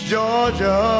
Georgia